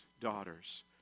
daughters